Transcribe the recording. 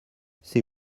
c’est